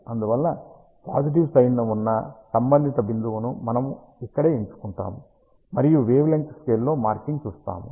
అందువల్ల positive side న ఉన్న సంబంధిత బిందువును మనము ఇక్కడే ఎంచుకుంటాము మరియు వేవ్ లెంగ్త్ స్కేల్లో మార్కింగ్ చూస్తాము